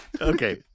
Okay